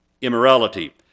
immorality